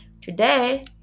Today